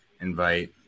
invite